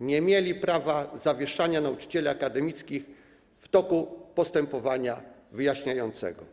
nie mieli prawa zawieszania nauczycieli akademickich w toku postępowania wyjaśniającego?